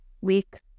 week